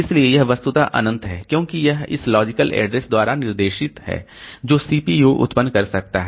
इसलिए यह वस्तुतः अनंत है क्योंकि यह इस लॉजिकल ऐड्रेस द्वारा निर्देशित है जो सीपीयू उत्पन्न कर सकता है